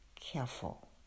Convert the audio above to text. careful